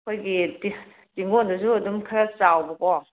ꯑꯩꯈꯣꯏꯒꯤ ꯇꯨꯡꯒꯣꯟꯗꯨꯁꯨ ꯑꯗꯨꯝ ꯈꯔ ꯆꯥꯎꯕꯀꯣ